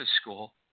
School